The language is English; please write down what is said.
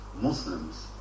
Muslims